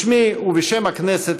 בשמי ובשם הכנסת,